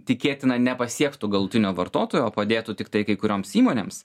tikėtina nepasiektų galutinio vartotojo o padėtų tiktai kai kurioms įmonėms